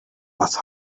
was